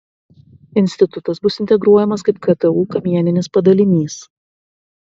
institutas bus integruojamas kaip ktu kamieninis padalinys